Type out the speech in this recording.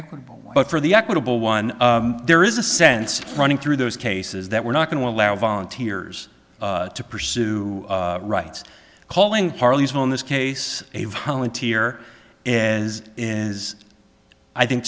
equitable but for the equitable one there is a sense running through those cases that we're not going to allow volunteers to pursue rights calling harleysville in this case a volunteer is is i think